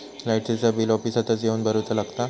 लाईटाचा बिल ऑफिसातच येवन भरुचा लागता?